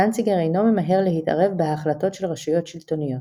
דנציגר אינו ממהר להתערב בהחלטות של רשויות שלטוניות.